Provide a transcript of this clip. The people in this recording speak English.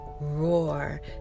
roar